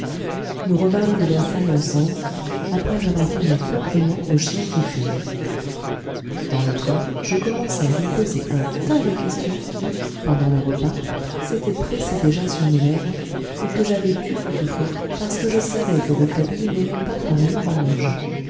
nous revînmes de versailles ensemble après avoir dîné fort gaîment au chien qui fume dans le train je commençai à lui poser un tas de questions qui pendant le repas s'étaient pressées déjà sur mes lèvres et que j'avais tues toutefois parce que je savais que rouletabille n'aimait pas travailler en mangeant